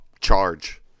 charge